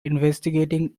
investigating